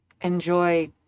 enjoy